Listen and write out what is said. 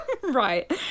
right